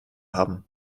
haben